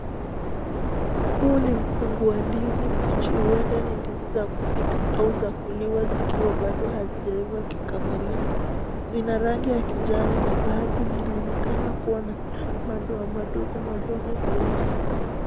Huu ni mgungu ya ndizi mbichi uenda ni ndizi ya kuoika au za kulwa zikiwa pado hasijaifaa kikamilivu, zina rangi ya kijani na padi sinaonekana matoa madogo madogo meusi.